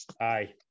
Aye